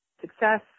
success